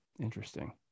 Interesting